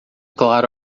claro